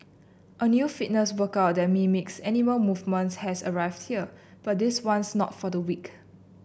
a new fitness workout that mimics animal movements has arrived here but this one's not for the weak